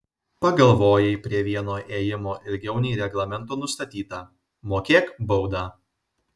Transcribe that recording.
pagalvojai prie vieno ėjimo ilgiau nei reglamento nustatyta mokėk baudą